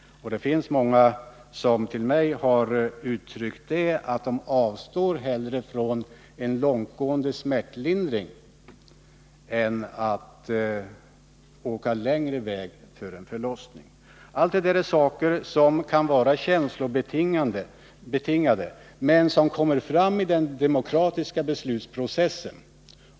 Många har till mig uttalat att de hellre avstår från en långt gående smärtlindring än åker längre väg för en förlossning. Allt detta är saker som kan vara känslobetingade men som kommer fram i den demokratiska beslutsprocessen.